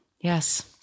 Yes